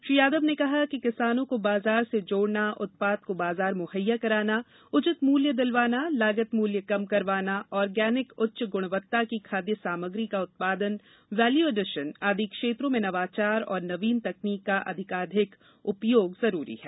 श्री यादव ने कहा कि किसानों को बाजार से जोड़ना उत्पाद को बाजार मुहैया कराना उचित मूल्य दिलवाना लागत मूल्य कम करवाना आर्गेनिक उच्च गुणवत्ता की खाद्य सामग्री का उत्पादन वेल्यू एडिशन आदि क्षेत्रों में नवाचार और नवीन तकनीक का अधिकाधिक उपयोग आवश्यक है